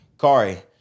Kari